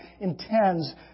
intends